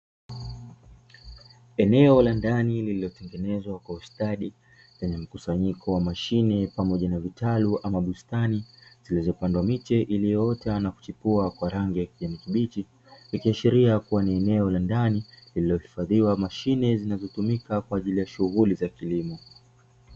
Eneo la ndani lililotengenezwa kwa ustadi, lenye mkusanyiko wa mashine pamoja na vitalu ama bustani, zilizopandwa miche iliyoota na kuchipua kwa rangi ya kijani kibichi, ikiashiria kuwa ni eneo la ndani, lililohifadhiwa mashine zinazotumika kwa ajili ya shughuli za kilimo.